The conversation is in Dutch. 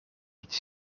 iets